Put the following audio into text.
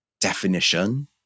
definition